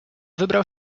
wybrał